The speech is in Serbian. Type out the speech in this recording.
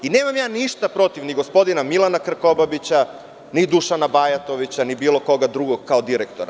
Nemam ništa protiv ni gospodina Milana Krkobabića, ni Dušana Bajatovića, ni bilo koga drugo kao direktora.